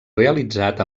realitzat